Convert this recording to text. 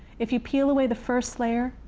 if you peel away the first layer,